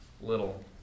little